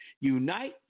Unite